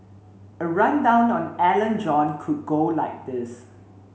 a rundown on Alan John could go like this